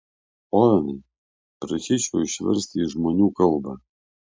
ovenai prašyčiau išversti į žmonių kalbą